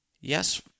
Yes